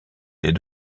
des